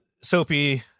Soapy